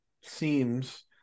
seems